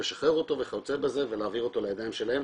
לשחרר אותו וכיוצא בזה ולהעביר אותו לידיים שלהם.